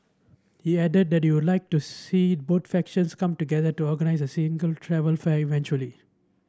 he added that he would like to see both factions come together to organise a single travel fair eventually